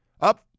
Up